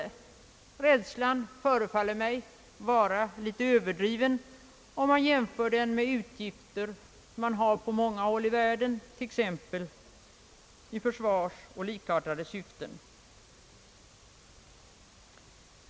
Rädslan förefaller mig vara litet överdriven i jämförelse med de utgifter man har på många håll i världen t.ex. i försvarsoch likartade syften.